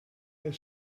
high